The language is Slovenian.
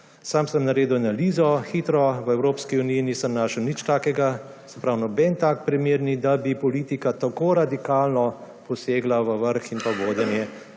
Sam sem naredil hitro analizo. V Evropski uniji nisem našel nič takega, se pravi nobenega takega primera, da bi politika tako radikalno posegla v vrh in vodenje